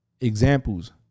Examples